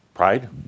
Pride